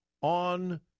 on